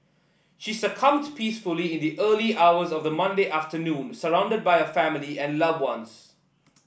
she succumbed peacefully in the early hours of the Monday afternoon surrounded by her family and loved ones